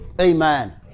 Amen